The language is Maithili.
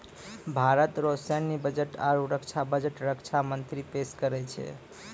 भारत रो सैन्य बजट आरू रक्षा बजट रक्षा मंत्री पेस करै छै